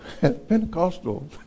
Pentecostal